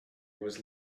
was